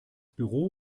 büro